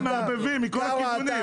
סתם מערבבים מכל הכיוונים.